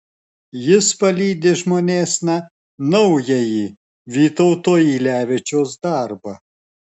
jis palydi žmonėsna naująjį vytauto ylevičiaus darbą